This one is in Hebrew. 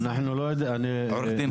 אדוני יושב-הראש,